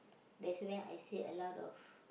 that's where I see a lot of